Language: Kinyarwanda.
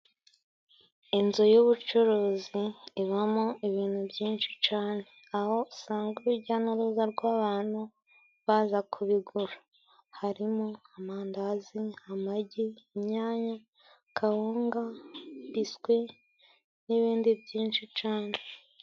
Inzu y'ubucuruzi ibamo ibintu byinshi cane aho usanga urujya n'uruza rw'abantu baza kubigura harimo: amandazi, amagi, inyanya, kawunga, biswi, n'ibindi byinshi cane.